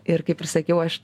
ir kaip ir sakiau aš